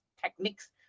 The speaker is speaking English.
techniques